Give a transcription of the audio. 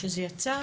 שזה יצא,